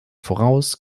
voraus